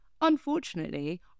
Unfortunately